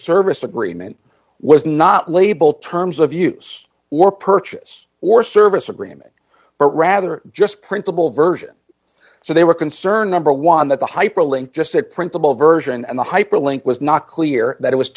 service agreement was not label terms of use or purchase or service agreement but rather just printable version so they were concerned number one that the hyperlink just said printable version and the hyperlink was not clear that it was